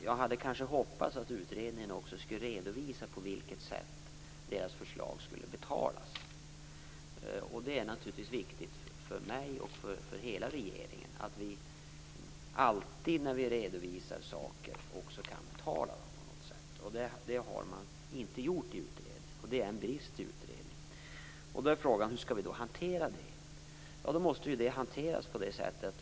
Jag hade kanske hoppats att utredningen också skulle redovisa på vilket sätt deras förslag skulle betalas. Det är naturligtvis viktigt för mig och för hela regeringen att vi alltid kan betala de saker vi föreslår. Det har man inte gjort i utredningen, och det är en brist. Då är frågan hur vi skall hantera det.